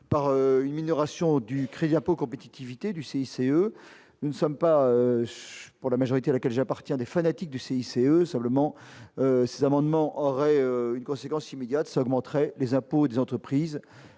par une minoration du crédit impôt compétitivité du CCE, nous ne sommes pas pour la majorité à laquelle j'appartiens des fanatiques du CICE, simplement ces amendements aurait une conséquence immédiate, ça augmenterait les impôts des entreprises